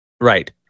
Right